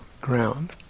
Ground